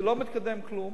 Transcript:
זה לא מתקדם כלום.